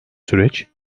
süreç